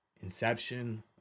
Inception